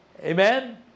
Amen